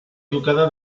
educada